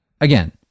Again